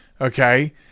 Okay